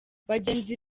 bagenzi